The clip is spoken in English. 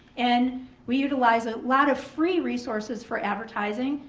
and we utilize a lot of free resources for advertising,